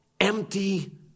empty